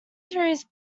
series